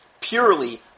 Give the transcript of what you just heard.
purely